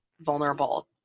vulnerable